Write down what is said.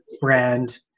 brand